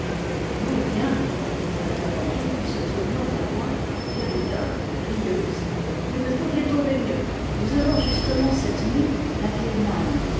oh bien interrompit en se tournant vers moi gaïda rieuse vous ne pouviez tomber mieux nous avons justement cette nuit la vieille nann